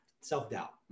self-doubt